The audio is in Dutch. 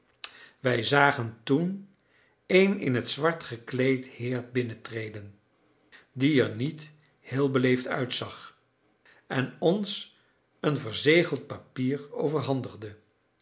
wij zagen toen een in het zwart gekleed heer binnentreden die er niet heel beleefd uitzag en ons een verzegeld papier overhandigde